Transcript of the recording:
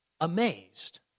amazed